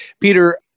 Peter